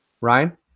Ryan